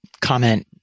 comment